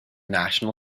national